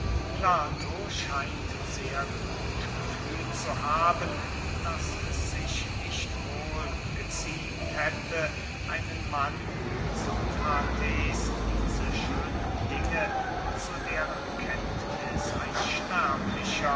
plato scheint sehr gut gefühlt zu haben daß es sich nicht wohl geziemt hätte einen mann wie sokrates diese schönen dinge zu deren kenntniß ein sterblicher